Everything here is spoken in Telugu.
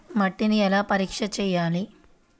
మట్టిని ఎలా పరీక్ష చేయాలి?